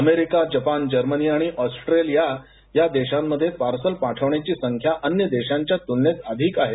America Japan Germany आणि Australia या देशांमध्ये पार्सल पाठविण्याची संख्या अन्य देशांच्या तुलनेत अधिक आहे